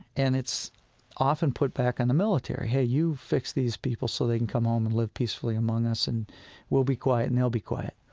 and it's often put back on the military. hey, you fix these people so they can come home and live peacefully among us, and we'll be quiet and they'll be quiet